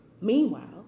Meanwhile